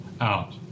out